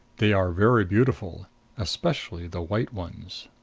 they are very beautiful especially the white ones.